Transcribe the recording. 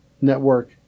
network